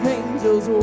angels